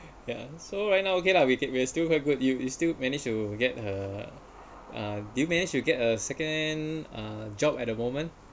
ya so right now okay lah we can we will still have good you is still managed to get a uh do you manage to get a second uh job at the moment